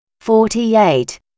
forty-eight